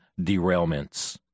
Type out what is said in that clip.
derailments